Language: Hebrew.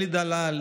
אלי דלל,